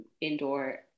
indoor